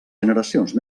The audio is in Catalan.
generacions